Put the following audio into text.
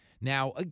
Now